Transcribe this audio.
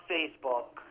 Facebook